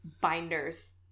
binders